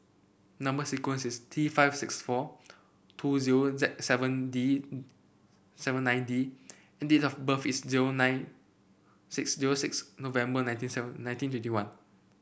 number sequence is T five six four two zero Z seven D seven nine D and date of birth is zero nine six zero six November nineteen seven nineteen twenty one